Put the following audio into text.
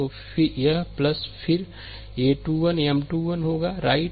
तो यह फिर a 2 1 M 2 1 होगाराइट